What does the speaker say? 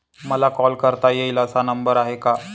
मला कॉल करता येईल असा नंबर आहे का?